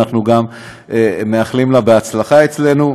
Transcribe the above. אנחנו גם מאחלים לה הצלחה אצלנו,